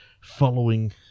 following